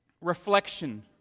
reflection